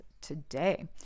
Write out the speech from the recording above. today